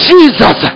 Jesus